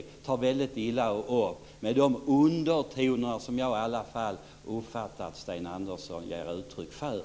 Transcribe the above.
Jag tror att de tar väldigt illa upp med tanke på de undertoner som jag i alla fall uppfattar att Sten Andersson ger uttryck för.